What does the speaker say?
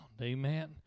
Amen